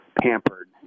pampered